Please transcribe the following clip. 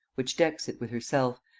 which decks it with herself,